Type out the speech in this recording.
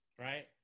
right